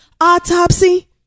autopsy